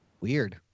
Weird